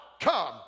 come